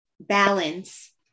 balance